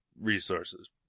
resources